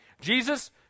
Jesus